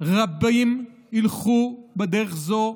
רבים ילכו בדרך זו,